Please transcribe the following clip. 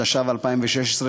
התשע"ו 2016,